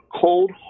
cold